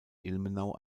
ilmenau